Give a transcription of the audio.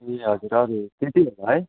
ए हजुर हजुर त्यति होला है